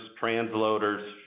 transloaders